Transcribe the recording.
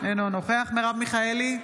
אינו נוכח מרב מיכאלי,